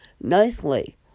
nicely